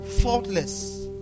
Faultless